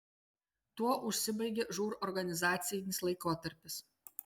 tuo užsibaigė žūr organizacinis laikotarpis